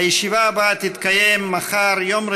הישיבה הבאה תתקיים מחר, יום